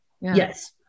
Yes